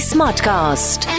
Smartcast